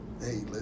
hey